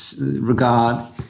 regard